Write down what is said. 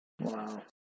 Wow